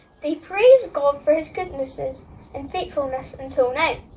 they praise god for his goodnesses and faithfulness until now.